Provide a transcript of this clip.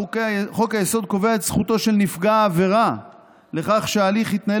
חוק-היסוד קובע את זכותו של נפגע העבירה לכך שההליך יתנהל